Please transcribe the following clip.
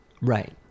Right